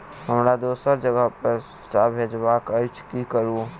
हमरा दोसर जगह पैसा भेजबाक अछि की करू?